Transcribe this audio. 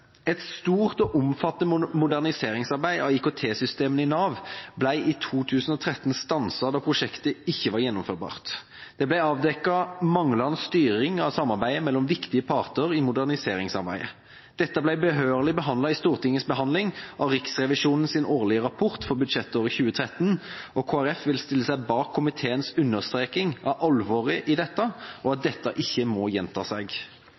Et stort og omfattende moderniseringsarbeid av IKT-systemene i Nav ble i 2013 stanset da prosjektet ikke var gjennomførbart. Det ble avdekket manglende styring av samarbeidet mellom viktige parter i moderniseringsarbeidet. Dette ble behørig behandlet i forbindelse med Stortingets behandling av Riksrevisjonens årlige rapport for budsjettåret 2013. Kristelig Folkeparti vil stille seg bak komiteens understreking av alvoret i dette og at dette ikke må gjenta seg.